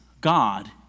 God